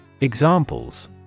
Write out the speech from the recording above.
Examples